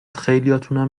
خیلیاتونم